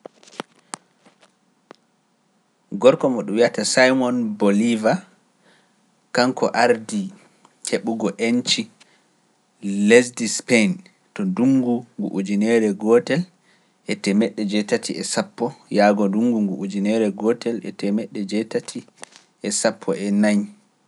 Simon Boliva, kanko ardii heɓugo enci lesdi Sipeen to ndunngu ngu ujunere gootel e temeɗe jeetati e sappo, yaago ndunngu ngu ujunere gootel e temeɗe jeetati e sappo e naañ.